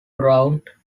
round